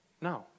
No